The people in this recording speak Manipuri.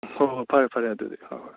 ꯍꯣꯍꯣꯏ ꯐꯔꯦ ꯐꯔꯦ ꯑꯗꯨꯗꯤ ꯍꯣꯍꯣꯏ